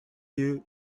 you